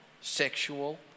sexual